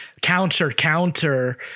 counter-counter